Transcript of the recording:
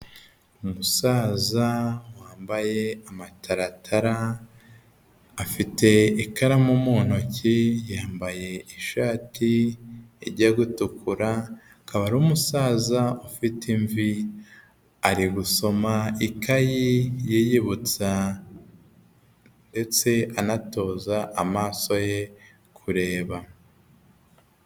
Umusaza wambaye amataratara afite ikaramu mu ntoki, yambaye ishati ijya gutukura, akaba ari umusaza ufite imvi. Ari gusoma ikayi yiyibutsa ndetse anatoza amaso ye kureba.